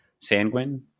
Sanguine